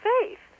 faith